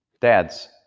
Dads